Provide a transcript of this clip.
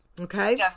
okay